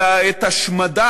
אלא את השמדת,